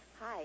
hi